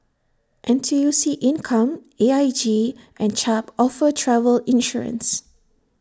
N T U C income A I G and Chubb offer travel insurance